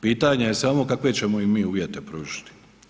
Pitanje je samo kakve ćemo im mi uvjete pružiti.